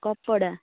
କପଡ଼ା